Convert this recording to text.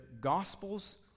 gospels